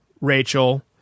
Rachel